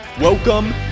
Welcome